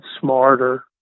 smarter